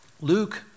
Luke